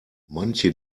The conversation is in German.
manche